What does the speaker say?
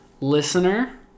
listener